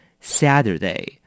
Saturday